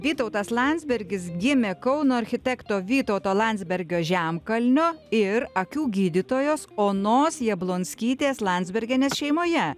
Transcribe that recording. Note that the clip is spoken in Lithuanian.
vytautas landsbergis gimė kauno architekto vytauto landsbergio žemkalnio ir akių gydytojos onos jablonskytės landsbergienės šeimoje